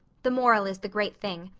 the moral is the great thing.